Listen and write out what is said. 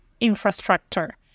infrastructure